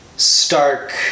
Stark